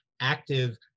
active